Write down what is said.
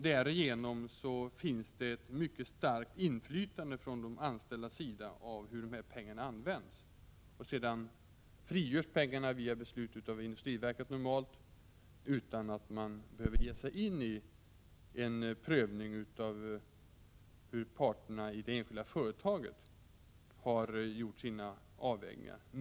Därigenom finns det ett mycket starkt inflytande från de anställdas sida när det gäller hur dessa pengar används. Sedan friställs pengarna normalt via beslut av industriverket, utan att man behöver ge sig in på en prövning av hur parterna i det enskilda företaget har gjort sina avvägningar.